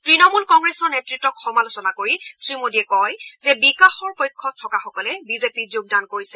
তণমূল কংগ্ৰেছৰ নেতৃতক সমালোচনা কৰি শ্ৰী মোদীয়ে কয় যে বিকাশৰ পক্ষত থকাসকলে বিজেপিত যোগদান কৰিছে